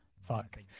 fuck